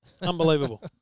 Unbelievable